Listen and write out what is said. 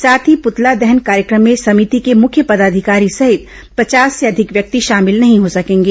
साथ ही प्तला दहन कार्यक्रम में समिति के मुख्य पदाधिकारी सहित पचास से अधिक व्यक्ति शामिल नहीं हो सकेंगे